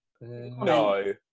No